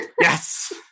Yes